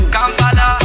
Kampala